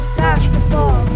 basketball